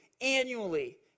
annually